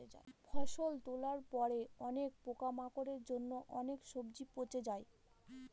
ফসল তোলার পরে অনেক পোকামাকড়ের জন্য অনেক সবজি পচে যায়